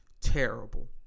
terrible